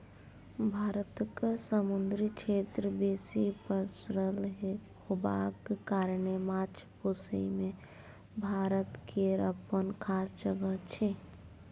भारतक समुन्दरी क्षेत्र बेसी पसरल होबाक कारणेँ माछ पोसइ मे भारत केर अप्पन खास जगह छै